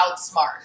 outsmart